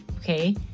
Okay